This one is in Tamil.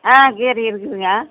ஆ கீரை இருக்குதுங்க